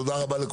תודה רבה לכולכם.